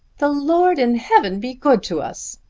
the lord in heaven be good to us,